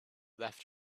left